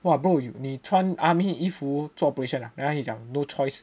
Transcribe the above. !wah! bro 你穿 army 衣服做 operation ah then he 讲 no choice